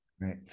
Right